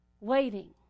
waiting